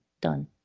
done